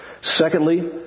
secondly